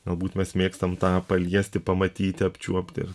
galbūt mes mėgstam tą paliesti pamatyti apčiuopti ir